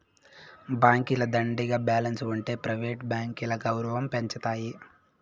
బాంకీల దండిగా బాలెన్స్ ఉంటె ప్రైవేట్ బాంకీల గౌరవం పెంచతాయి